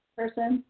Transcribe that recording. person